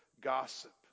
gossip